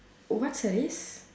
what's her race